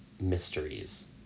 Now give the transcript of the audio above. mysteries